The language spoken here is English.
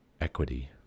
equity